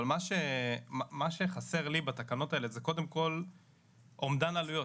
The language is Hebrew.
אבל מה שחסר לי בתקנות האלה זה קודם כל אומדן עלויות.